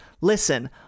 listen